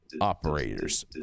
operators